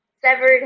severed